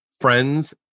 friends